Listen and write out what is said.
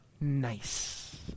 Nice